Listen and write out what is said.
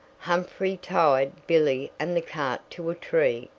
humphrey tied billy and the cart to a tree,